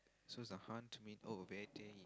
so it's a oh Vettai